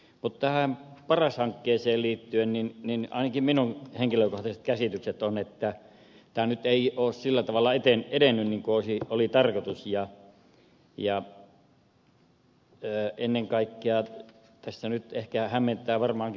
mutta tähän paras hankkeeseen liittyen ainakin minun henkilökohtaiset käsitykseni ovat että tämä ei nyt ole sillä tavalla edennyt niin kuin oli tarkoitus ja ennen kaikkea tässä nyt ehkä hämmentää varmaankin tämäkin aluehallintouudistus